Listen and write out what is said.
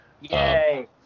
Yay